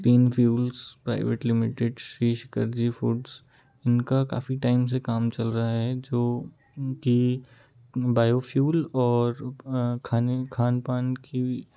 green fuels private limited शिश कर्जी foods इनका काफ़ी टाइम से काम चल रहा है जो कि बायोफ्यूल और खाने खानपान की भी